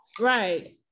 right